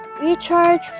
Recharge